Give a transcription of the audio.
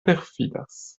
perfidas